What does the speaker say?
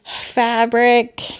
fabric